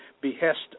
behest